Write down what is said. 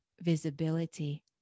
visibility